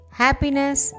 happiness